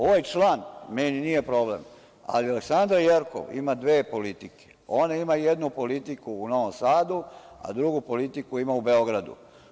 Ovaj član, meni nije problem, ali Aleksandra Jerkov, ima dve politike, ona ima jednu politiku u Novom Sadu, a drugu politiku ima u Beogradu.